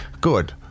Good